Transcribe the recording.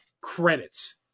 credits